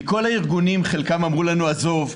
חלק מהארגונים אמרו לנו: עזוב,